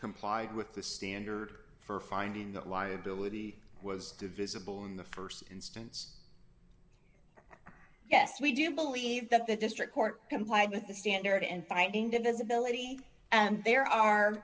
complied with the standard for finding that liability was visible in the st instance yes we do believe that the district court complied with the standard in finding divisibility and there are